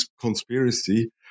conspiracy